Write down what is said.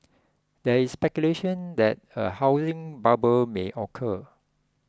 there is speculation that a housing bubble may occur